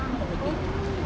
oo